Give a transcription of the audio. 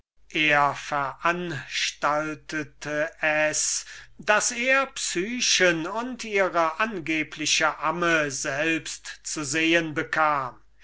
er veranstaltete es daß er psychen und ihre angebliche amme selbst zu sehen bekam